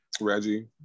Reggie